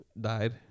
Died